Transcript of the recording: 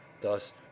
Thus